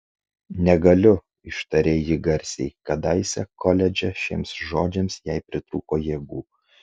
negaliu ištarė ji garsiai kadaise koledže šiems žodžiams jai pritrūko jėgų